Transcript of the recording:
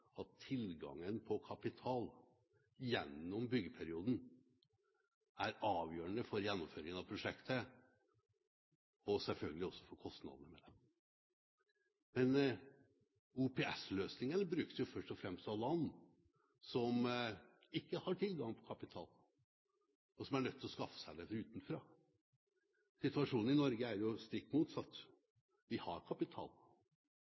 at tilgangen på kapital gjennom byggeperioden er avgjørende for gjennomføringen av prosjektet og selvfølgelig også for kostnadene ved det. OPS-løsningen brukes først og fremst av land som ikke har tilgang til kapital, og som er nødt til å skaffe seg det utenfra. Situasjonen i Norge er jo stikk motsatt. Vi har kapital,